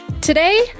Today